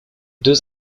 deux